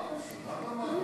אל תפריע,